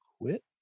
quit